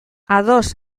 ados